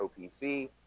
opc